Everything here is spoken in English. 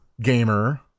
gamer